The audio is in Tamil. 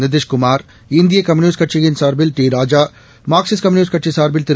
நிதிஷ்குமார் இந்திய கம்யூனிஸ்ட் கட்சியின் டிராஜா மார்க்சிஸ்ட் கம்யூனிஸ்ட் கட்சி சார்பில் திரு